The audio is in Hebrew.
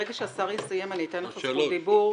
ברגע שהשר יסיים אני אתן לך זכות דיבור,